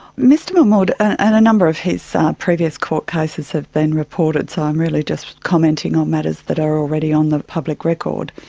mr mahmoud, and a number of his previous court cases have been reported, so i'm really just commenting on matters that are already on the public record,